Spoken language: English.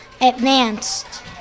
advanced